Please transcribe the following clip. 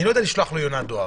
אני לא יודע לשלוח לו יונת דואר,